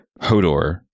hodor